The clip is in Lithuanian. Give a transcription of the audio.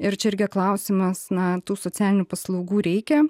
ir čia irgi klausimas na tų socialinių paslaugų reikia